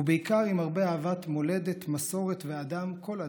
ובעיקר, עם הרבה אהבת מולדת, מסורת ואדם, כל אדם.